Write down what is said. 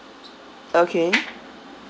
okay